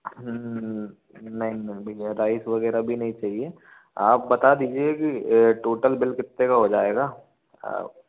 नहीं नहीं भैया राइस वगैरह भी नहीं चाहिए आप बता दीजिए की टोटल बिल कितने का हो जाएगा